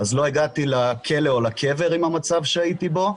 אז לא הגעתי לכלא או לקבר עם המצב שהייתי בו.